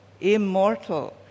immortal